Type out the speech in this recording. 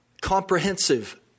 comprehensive